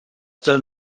still